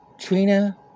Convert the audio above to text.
Trina